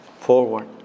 forward